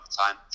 time